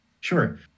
Sure